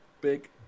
big